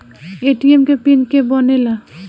ATM के PIN के के बनेला?